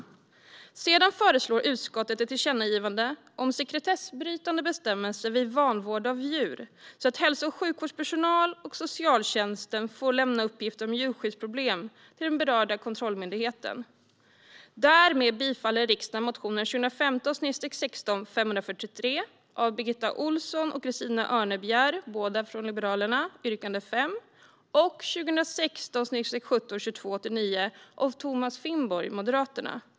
Utskottet föreslår ett tillkännagivande om en sekretessbrytande bestämmelse vid vanvård av djur, så att hälso och sjukvårdspersonal och socialtjänsten får lämna uppgifter om djurskyddsproblem till den berörda kontrollmyndigheten. Därmed bifaller riksdagen motionerna 2015 17:2289 av Thomas Finnborg, Moderaterna.